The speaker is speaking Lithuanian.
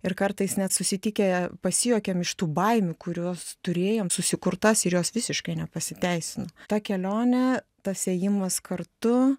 ir kartais net susitikę pasijuokiam iš tų baimių kuriuos turėjom susikurtas ir jos visiškai nepasiteisino ta kelionė tas ėjimas kartu